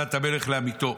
דת המלך להמיתו.